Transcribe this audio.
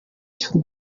cy’u